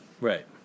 right